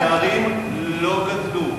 הפערים לא גדלו.